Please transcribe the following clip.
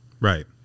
Right